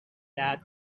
that